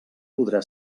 podrà